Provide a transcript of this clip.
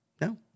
No